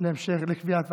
לקביעת ועדה.